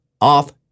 off